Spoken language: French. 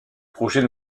projet